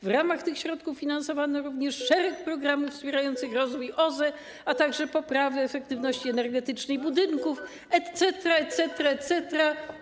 W ramach tych środków finansowano również szereg programów wspierających rozwój OZE, a także poprawę efektywności energetycznej budynków etc., etc.